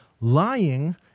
Lying